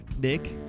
Nick